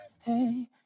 hey